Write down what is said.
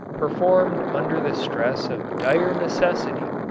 performed under the stress of dire necessity,